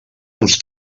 uns